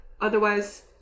otherwise